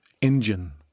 engine